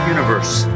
Universe